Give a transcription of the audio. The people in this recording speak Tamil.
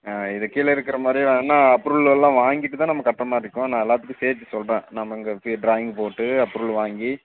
ஆ இதுக்கு கீழே இருக்கிற மாதிரியே வேணும்ன்னா அப்ரூவல் எல்லாம் வாங்கிட்டு தான் நம்ம கட்டுற மாதிரி இருக்கும் நான் எல்லாத்துக்கும் சேத்து சொல்கிறேன் நம்ம இங்கே இப்போயே ட்ராயிங் போட்டு அப்ரூவல் வாங்கி